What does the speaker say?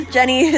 Jenny